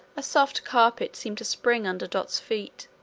a soft carpet seemed to spring under dot's feet,